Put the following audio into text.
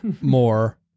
more